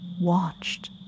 watched